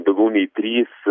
daugiau nei trys